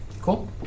Cool